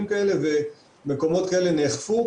אין לנו בשלטון המקומי יחידות לבריאות הציבור,